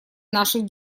наших